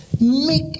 make